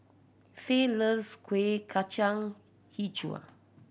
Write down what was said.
fayette loves Kuih Kacang Hijau